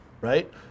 right